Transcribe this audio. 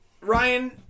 Ryan